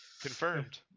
confirmed